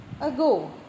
ago